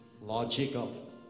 logical